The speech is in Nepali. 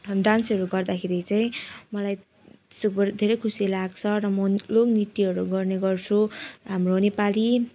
डान्सहरू गर्दाखेरि चाहिँ मलाई धेरै खुसी लाग्छ म लोक नृत्यहरू गर्ने गर्छु हाम्रो नेपाली